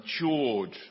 matured